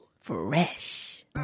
fresh